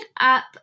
up